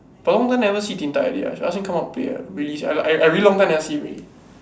got long time never see Din-Tat already lah should ask him come out play ah really sia I I really long time never see him already